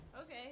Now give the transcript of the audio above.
Okay